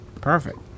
perfect